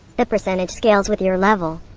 the percentage scales with your level.